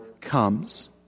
comes